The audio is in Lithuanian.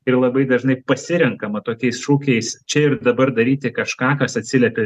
ir labai dažnai pasirenkama tokiais šūkiais čia ir dabar daryti kažką kas atsiliepia